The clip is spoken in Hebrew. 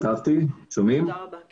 אני מצטערת אבל זה רק